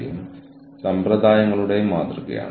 ഒരു ജീവനക്കാരൻ എന്ന നിലയിൽ എന്റെ പ്രതിബദ്ധത എവിടെയാണ്